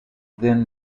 then